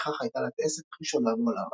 ובכך הייתה לטייסת הראשונה בעולם הערבי.